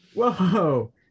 Whoa